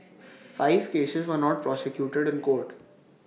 five cases were not prosecuted in court